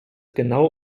genau